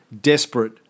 desperate